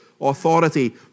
authority